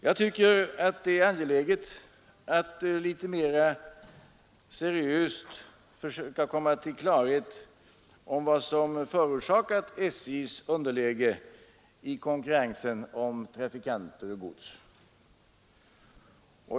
Jag tycker att det är angeläget att litet mera seriöst försöka komma till klarhet om vad som förorsakat SJ:s underläge i konkurrensen om trafikanter och gods.